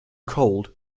cold